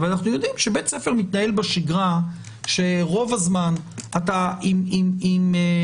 אבל אנחנו יודעים שבית ספר מתנהל בשגרה כשרוב הזמן אתה עם כיתתך.